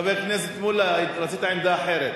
חבר הכנסת מולה, רצית עמדה אחרת.